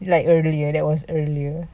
like earlier that was earlier